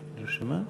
היושב-ראש,